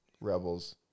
Rebels